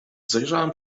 zajrzałem